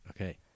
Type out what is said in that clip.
Okay